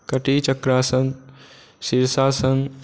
कटिय chakrasana Shirshasana